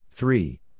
Three